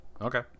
Okay